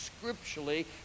scripturally